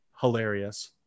Hilarious